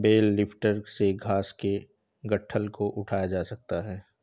bell lifter से घास के गट्ठल को उठाया जा सकता है